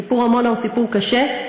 סיפור עמונה הוא סיפור קשה,